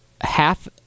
half-